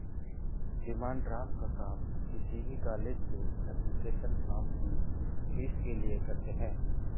demand draft का काम किसी भी कॉलेज के एप्लीकेशन फॉर्म की फीस के लिए करते है